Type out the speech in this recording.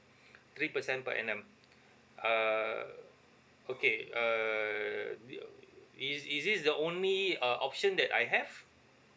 three percent per annum err okay err is is this the only uh option that I have